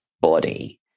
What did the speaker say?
body